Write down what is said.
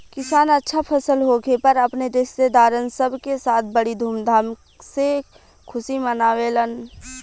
किसान अच्छा फसल होखे पर अपने रिस्तेदारन सब के साथ बड़ी धूमधाम से खुशी मनावेलन